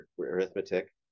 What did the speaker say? arithmetic